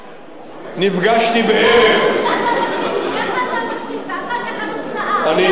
ככה אתה מקשיב, ואחר כך התוצאה, תודה רבה.